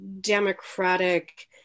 democratic